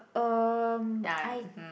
um I